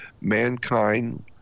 mankind